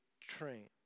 train